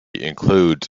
includes